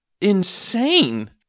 insane